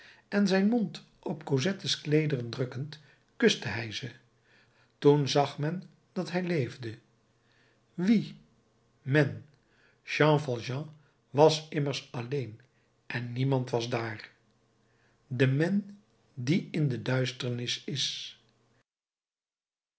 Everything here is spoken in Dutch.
en zijn mond op cosettes kleederen drukkende kuste hij ze toen zag men dat hij leefde wie men jean valjean was immers alleen en niemand was dààr de men die in de duisternis is